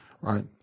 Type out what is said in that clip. Right